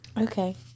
Okay